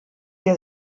der